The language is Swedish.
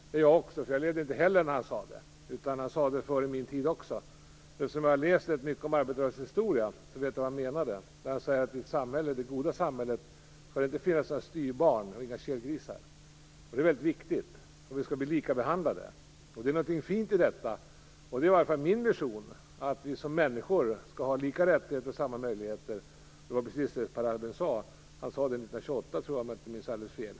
Det är jag också, för jag levde inte heller när han gjorde uttalandet. Det var också före min tid. Men eftersom jag har läst rätt mycket om arbetarrörelsens historia, vet jag vad han menade när han sade att i det goda samhället skall det inte finnas några styvbarn och inga kelgrisar. Detta är väldigt viktigt om vi skall bli lika behandlade. Det är någonting fint i detta. Det är i alla fall min vision att vi som människor skall ha lika rättigheter och samma möjligheter, precis som Per Albin Hansson sade. Jag tror att det var 1928, om jag inte minns alldeles fel.